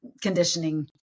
conditioning